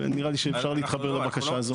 נראה לי שאפשר להתחבר לבקשה הזו.